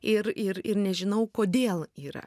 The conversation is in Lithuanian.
ir ir ir nežinau kodėl yra